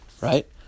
right